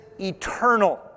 eternal